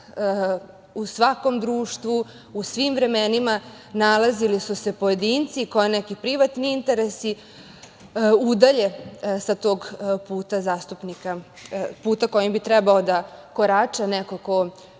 u svakom društvu, u svim vremenima nalazili su se pojedinci koje neki privatni interesi udalje sa tog puta zastupnika, puta kojim bi trebao da korača neko ko želi